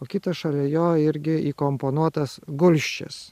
o kitas šalia jo irgi įkomponuotas gulsčias